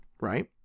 right